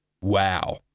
wow